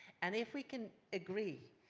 and if we can agree,